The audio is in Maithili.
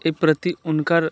एहि प्रति हुनकर